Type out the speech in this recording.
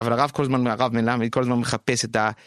אבל הרב, כל הזמן, הרב, מלמד, כל הזמן מחפש את ה...